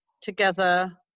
together